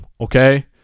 okay